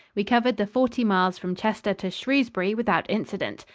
we covered the forty miles from chester to shrewsbury without incident.